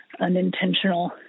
unintentional